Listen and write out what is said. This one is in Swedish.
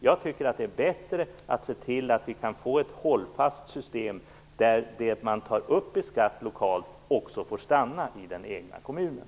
Jag tycker att det är bättre att se till att vi kan få ett hållfast system, där det man tar upp i skatt lokalt också får stanna i den egna kommunen.